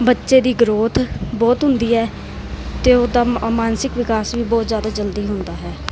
ਬੱਚੇ ਦੀ ਗਰੋਥ ਬਹੁਤ ਹੁੰਦੀ ਹੈ ਅਤੇ ਉਹਦਾ ਮ ਮਾਨਸਿਕ ਵਿਕਾਸ ਵੀ ਬਹੁਤ ਜ਼ਿਆਦਾ ਜਲਦੀ ਹੁੰਦਾ ਹੈ